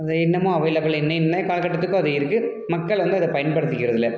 அது இன்னமும் அவைலபிள் இன்ன இன்றைக்கு காலக்கட்டத்துக்கும் அது இருக்குது மக்கள் வந்து அதை பயன்படுத்திக்கிறதில்ல